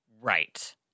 Right